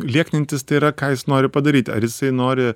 lieknintis tai yra ką jis nori padaryti ar jisai nori